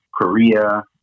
Korea